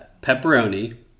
Pepperoni